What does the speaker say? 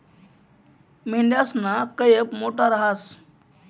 मेंढयासना कयप मोठा रहास